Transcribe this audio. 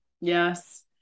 Yes